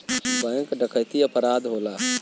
bank डकैती अपराध होला